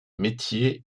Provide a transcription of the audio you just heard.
métiers